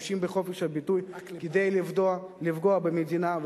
משתמשים בחופש הביטוי כדי לפגוע במדינה.